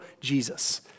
Jesus